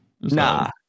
Nah